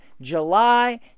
July